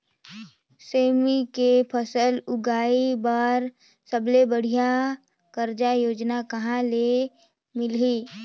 सेमी के फसल उगाई बार सबले बढ़िया कर्जा योजना कहा ले मिलही?